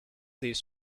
these